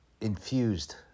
Infused